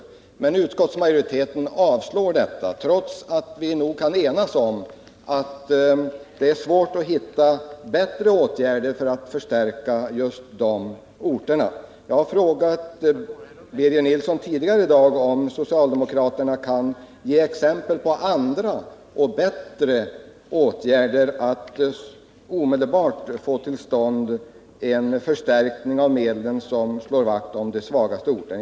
Utskottsmajoriteten avstyrker våra förslag, trots att vi kan enas om att det är svårt att finna bättre åtgärder för att åstadkomma en förstärkning för just de orterna. Jag har tidigare i dag frågat Birger Nilsson om socialdemokraterna kan ge exempel på andra och bättre åtgärder för att omedelbart få till stånd en förstärkning av medlen som slår vakt om de svagaste orterna.